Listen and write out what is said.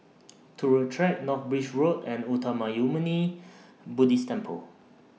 Turut Track North Bridge Road and Uttamayanmuni Buddhist Temple